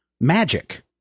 magic